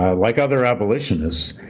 ah like other abolitionists,